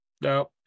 No